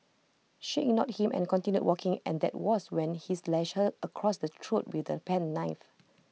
she ignored him and continued walking and that was when he slashed her across the throat with the penknife